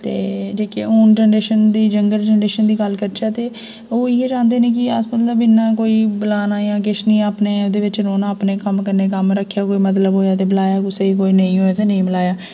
ते जेह्की हून जनरेशन दी यंगर जनरेशन दी गल्ल करचै ते ओह् इ'यां चांह्दे न कि अस मतलब इन्ना कोई बलाना जां किश नी अपने ओह्दे बिच्च रौह्ना अपने कम्म कन्नै कम्म रक्खेआ कोई मतलब होएआ ते बलाया कुसै गी कोई नेईं होएआ ते नेईं बलाया